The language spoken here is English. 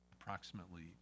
approximately